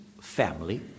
family